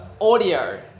audio